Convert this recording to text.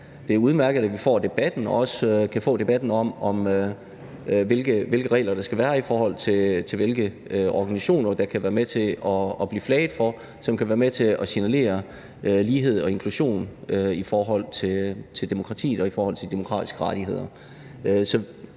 vi får debatten, og at vi også kan få debatten om, hvilke regler der skal være, i forhold til hvilke organisationer der kan blive flaget for, som kan være med til at signalere lighed og inklusion i forhold til demokratiet og i forhold til de demokratiske rettigheder.